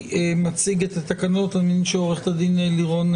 הפקידים הרקובים